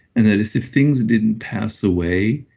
and that is, if things didn't pass away,